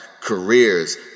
careers